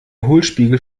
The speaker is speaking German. hohlspiegel